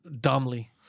dumbly